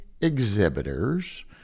exhibitors